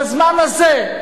בזמן הזה,